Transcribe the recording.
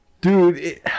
dude